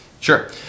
Sure